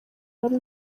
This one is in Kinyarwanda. wari